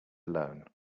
alone